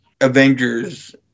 Avengers